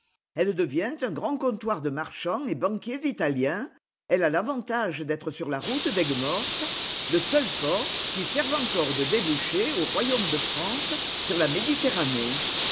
elle devient un grand comptoir de marchands et banquiers italiens elle a l'avantage d'être sur la route daigues mortes le seul port qui serve alors de débouché au royaume de france sur la méditerranée